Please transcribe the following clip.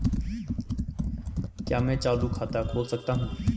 क्या मैं चालू खाता खोल सकता हूँ?